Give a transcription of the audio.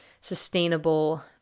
sustainable